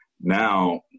now